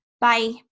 Bye